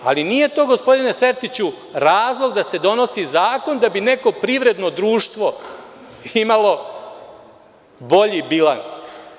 Ali to nije razlog gospodine Sertiću, da se donosi zakon da bi neko privredno društvo imalo bolji bilans.